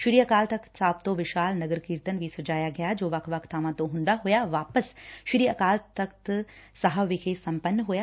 ਸ੍ਰੀ ਅਕਾਲ ਤਖ਼ਤ ਸਾਹਿਬ ਤੋਂ ਵਿਸ਼ਾਲ ਨਗਰ ਕੀਰਤਨ ਵੀ ਸਜਾਇਆ ਗਿਆ ਜੋ ਵੱਖ ਵੱਖ ਬਾਵਾਂ ਤੋਂ ਹੂੰਦਾ ਹੋਇਆ ਵਾਪਸ ਸ੍ਰੀ ਅਕਾਲ ਤਖ਼ਤ ਵਿਖੇ ਸੰਪੰਨ ਹੋਇਆ